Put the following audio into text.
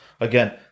Again